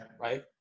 right